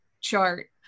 chart